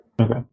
Okay